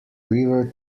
river